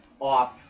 off